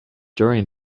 during